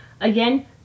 again